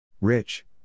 Rich